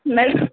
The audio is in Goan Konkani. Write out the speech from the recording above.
मॅम